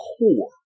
core